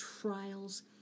trials